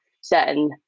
Certain